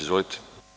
Izvolite.